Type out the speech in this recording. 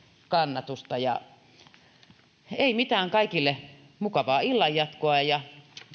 kannatusta ei mitään kaikille mukavaa illanjatkoa ja